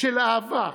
של אהבה,